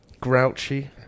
Grouchy